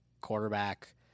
quarterback